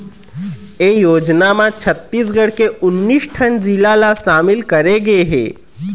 ए योजना म छत्तीसगढ़ के उन्नीस ठन जिला ल सामिल करे गे हे